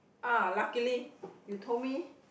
ah luckily you told me